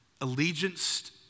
allegiance